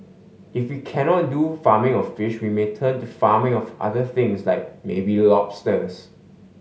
if we cannot do farming of fish we may turn to farming of other things like maybe lobsters